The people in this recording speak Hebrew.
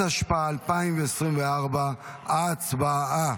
התשפ"ה 2024. הצבעה.